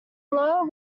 low